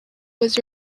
was